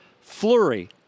Flurry